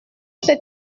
s’est